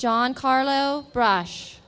john carlo brush